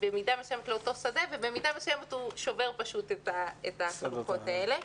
במידה מסוימת לאותו שדה ובמידה מסוימת הוא שובר את החלוקות האלה.